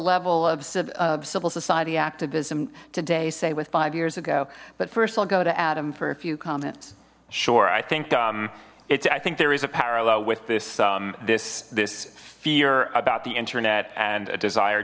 level of civil society activism today say with five years ago but first i'll go to adam for a few comments sure i think it's i think there is a parallel with this this this fear about the internet and a desire